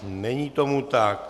Není tomu tak.